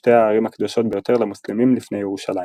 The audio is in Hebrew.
שתי הערים הקדושות ביותר למוסלמים לפני ירושלים.